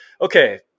okay